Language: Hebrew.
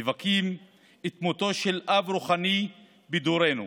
מבכים את מותו של אב רוחני בדורנו.